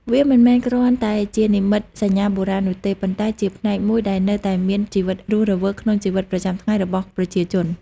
វាមិនមែនគ្រាន់តែជានិមិត្តសញ្ញាបុរាណនោះទេ ប៉ុន្តែជាផ្នែកមួយដែលនៅតែមានជីវិតរស់រវើកក្នុងជីវិតប្រចាំថ្ងៃរបស់ប្រជាជន។